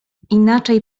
inaczej